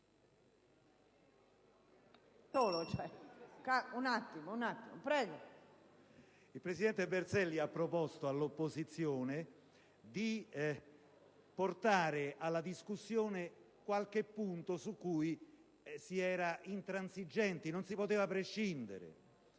Il presidente Berselli ha proposto all'opposizione di portare alla discussione qualche punto, sul quale vi era intransigenza e dal quale non si poteva prescindere.